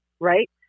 right